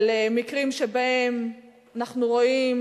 על מקרים שבהם אנחנו רואים,